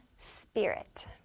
spirit